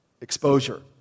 Exposure